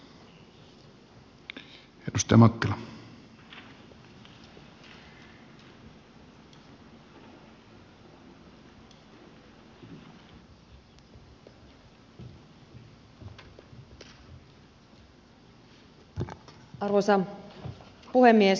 arvoisa puhemies